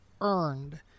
earned